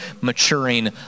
maturing